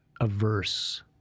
averse